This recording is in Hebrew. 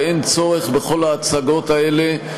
ואין צורך בכל ההצגות האלה.